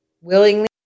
willingly